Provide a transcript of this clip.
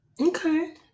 Okay